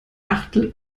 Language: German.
achtel